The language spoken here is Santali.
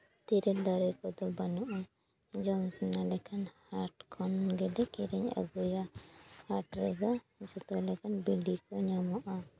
ᱛᱮᱹᱨᱮᱹᱞ ᱫᱟᱨᱮ ᱠᱚᱫᱚ ᱵᱟᱹᱱᱩᱜᱼᱟ ᱡᱚᱢ ᱥᱟᱱᱟ ᱞᱮᱠᱷᱟᱱ ᱦᱟᱴ ᱠᱷᱚᱱ ᱜᱮᱞᱮ ᱠᱤᱨᱤᱧ ᱟᱹᱜᱩᱭᱟ ᱦᱟᱴ ᱨᱮᱫᱚ ᱡᱚᱛᱚ ᱞᱮᱠᱟᱱ ᱵᱤᱞᱤ ᱠᱚ ᱧᱟᱢᱚᱜᱼᱟ